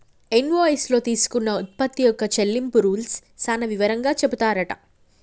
invoice లో తీసుకున్న ఉత్పత్తి యొక్క చెల్లింపు రూల్స్ సాన వివరంగా చెపుతారట